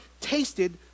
tasted